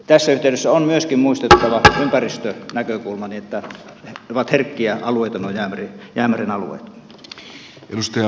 tässä yhteydessä on myöskin muistettava ympäristönäkökulma ne ovat herkkiä alueita nuo jäämeren alueet